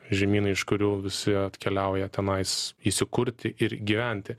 žemynai iš kurių visi atkeliauja tenais įsikurti ir gyventi